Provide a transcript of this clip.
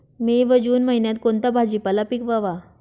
मे व जून महिन्यात कोणता भाजीपाला पिकवावा?